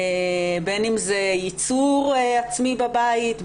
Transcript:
בין אם זה ייצור עצמי בבית,